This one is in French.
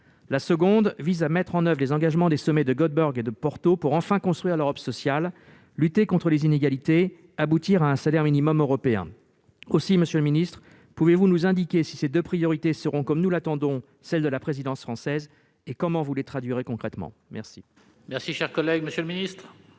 La seconde consiste à mettre en oeuvre les engagements des sommets de Göteborg et de Porto pour enfin construire l'Europe sociale, lutter contre les inégalités et aboutir à un salaire minimum européen. Aussi, monsieur le ministre, pouvez-vous nous indiquer si ces deux priorités seront, comme nous l'attendons, celles de la présidence française ? Comment, si tel est le cas, les traduirez-vous concrètement ? La parole est à M. le ministre.